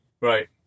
Right